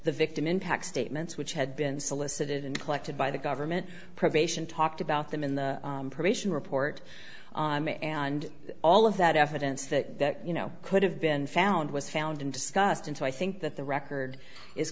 the victim impact statements which had been solicited and collected by the government probation talked about them in the probation report and all of that evidence that you know could have been found was found and discussed and so i think that the record is